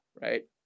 right